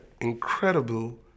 incredible